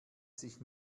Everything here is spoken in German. sich